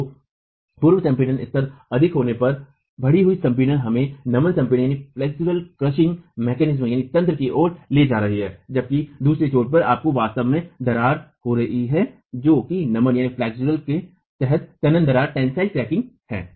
तो पूर्व संपीड़न स्तर अधिक होने पर बढ़ी हुई संपीड़न हमें नमन संपीडन मैकेनिज्म की ओर ले जा सकती है जबकि दूसरे छोर पर आपको वास्तव में दरार हो रही है जो कि नमन के तहत तनन दरार है